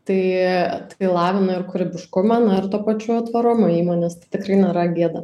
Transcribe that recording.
tai tai lavina ir kūrybiškumą na ir tuo pačiu tvarumą įmonės tai tikrai nėra gėda